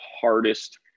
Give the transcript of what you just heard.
hardest